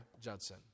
Judson